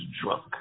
drunk